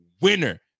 Winner